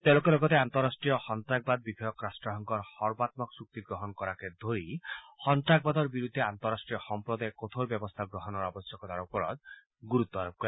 তেওঁলোকে লগতে আন্তঃৰাষ্ট্ৰীয় সন্তাসবাদ বিষয়ক ৰাট্টসংঘৰ সৰ্বাম্মক চুক্তি গ্ৰহণ কৰাকে ধৰি সন্নাসবাদৰ বিৰুদ্ধে আন্তঃৰাষ্ট্ৰীয় সম্প্ৰদায়ে কঠোৰ ব্যৱস্থা গ্ৰহণৰ আৱশ্যকতাৰ ওপৰত গুৰুত্ব আৰোপ কৰে